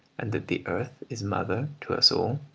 and that the earth is mother to us all.